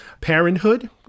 Parenthood